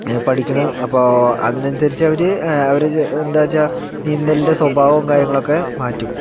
പഠിക്കണ് അപ്പോൾ അതിനനുസരിച്ച് അവർ അവർ എന്താണെന്നു വച്ചാൽ നീന്തലിൻ്റെ സ്വഭാവം കാര്യങ്ങളുമൊക്കെ മാറ്റും